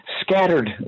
scattered